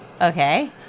Okay